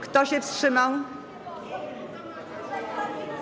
Kto się wstrzymał?